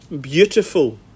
beautiful